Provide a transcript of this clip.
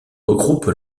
regroupe